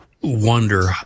wonder